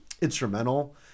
instrumental